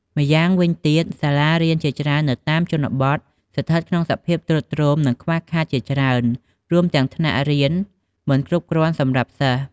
ម្យ៉ាងវិញទៀត សាលារៀនជាច្រើននៅតាមជនបទ ស្ថិតក្នុងសភាពទ្រុឌទ្រោម និងខ្វះខាតជាច្រើន រួមទាំងថ្នាក់រៀនមិនគ្រប់គ្រាន់សម្រាប់សិស្ស។